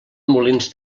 molins